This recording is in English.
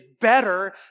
better